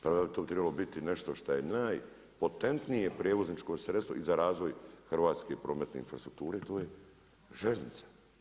Pa to bi trebalo nešto što je najpotentnije prijevozničko sredstvo i za razvoj hrvatske prometne infrastrukture, a to je željeznica.